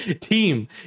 team